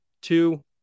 two